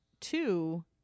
Two